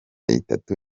itatu